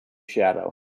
shadow